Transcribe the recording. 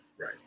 right